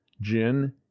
gin